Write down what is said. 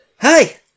Hi